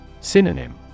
Synonym